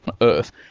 Earth